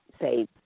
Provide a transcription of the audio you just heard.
say